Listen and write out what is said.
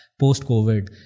post-COVID